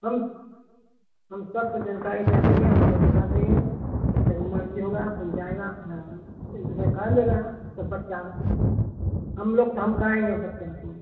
हम हम सबको जनकारी दे देंगे हम सब कर देंगे नही मर्जी होगा अपन जाएगा अपना कर लेगा सब बच्चा हम लोग तो हम कराऍंगे बच्चा को